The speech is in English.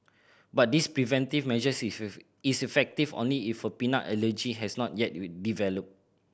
but this preventive measure is effective only if a peanut allergy has not yet developed